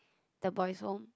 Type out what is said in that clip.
the boys home